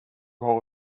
har